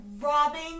robbing